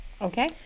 Okay